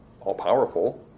all-powerful